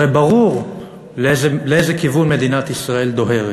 הרי ברור לאיזה כיוון מדינת ישראל דוהרת.